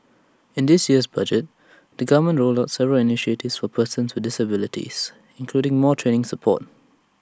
in this year's budget the government rolled out several initiatives for persons with disabilities including more training support